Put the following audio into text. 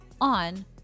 on